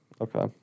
Okay